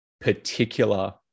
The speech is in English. particular